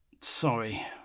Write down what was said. Sorry